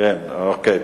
סעיפים 1 18 נתקבלו.